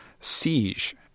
siege